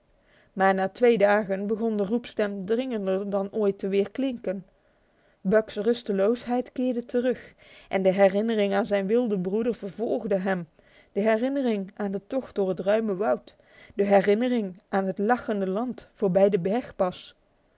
maar na twee dagen begon de roepstem dringender dan ooit te weerklinken buck's rusteloosheid keerde terug en de herinnering aan zijn wilden broeder vervolgde hem de herinnering aan de tocht door het ruime woud de herinnering aan het lachende land voorbij de bergpas